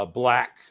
black